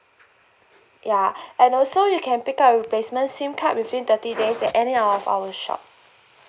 ya and also you can pick up a replacement SIM card within thirty days at any of our shop